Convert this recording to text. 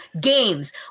games